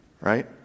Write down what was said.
right